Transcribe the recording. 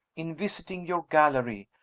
in visiting your gallery,